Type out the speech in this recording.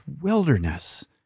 wilderness